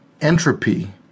entropy